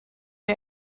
der